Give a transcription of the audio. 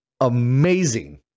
amazing